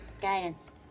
Guidance